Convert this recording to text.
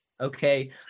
okay